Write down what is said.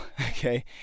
okay